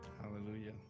Hallelujah